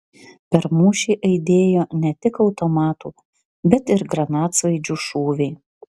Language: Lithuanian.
per mūšį aidėjo ne tik automatų bet ir granatsvaidžių šūviai